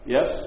Yes